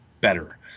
better